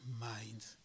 mind